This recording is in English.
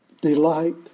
Delight